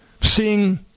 seeing